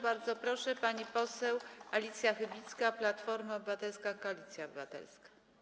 Bardzo proszę, pani poseł Alicja Chybicka, Platforma Obywatelska - Koalicja Obywatelska.